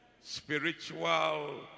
Spiritual